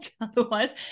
otherwise